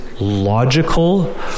logical